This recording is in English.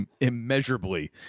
immeasurably